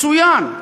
מצוין.